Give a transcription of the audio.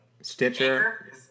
Stitcher